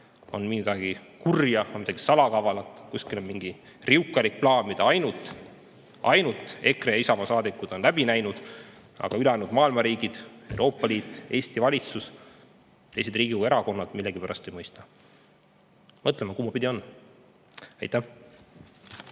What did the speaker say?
on midagi kurja, on midagi salakavalat, kuskil on mingi riukalik plaan, mida ainult EKRE ja Isamaa saadikud on läbi näinud, aga ülejäänud maailma riigid, Euroopa Liit, Eesti valitsus, teised Riigikogu erakonnad millegipärast ei mõista. Mõtleme, kumbapidi on. Aitäh!